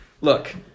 Look